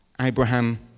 Abraham